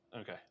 Okay